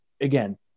again